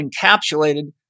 encapsulated